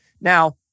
Now